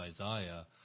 Isaiah